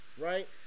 right